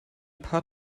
paar